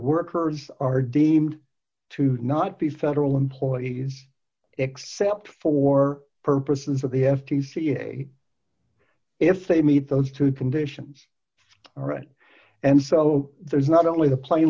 workers are deemed to not be federal employees except for purposes of the f t c a if they meet those two conditions all right and so there's not only the pla